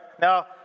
Now